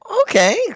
Okay